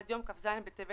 עד יום כ"ז בטבת